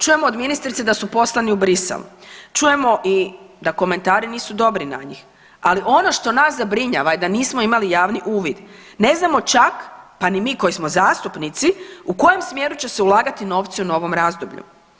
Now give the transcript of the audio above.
Čujem od ministrice da su poslani u Bruxelles, čujemo i da komentari nisu dobri na njih, ali ono što nas zabrinjava je da nismo imali javni uvid, ne znamo čak pa ni mi koji smo zastupnici u kojem smjeru će se ulagati novci u novom razdoblju.